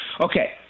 Okay